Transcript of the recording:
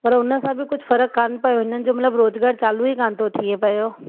पर हुन सां बि कुझु फ़र्क़ु कान पियो हिननि जो मतलबु रोज़गार चालू ई कान थो थिए पियो